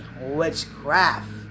witchcraft